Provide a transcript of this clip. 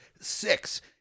Six